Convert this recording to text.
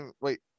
wait